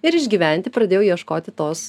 ir išgyventi pradėjau ieškoti tos